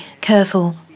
careful